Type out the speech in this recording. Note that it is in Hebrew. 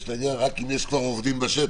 לעניין היא רק אם יש כבר עורך דין בשטח.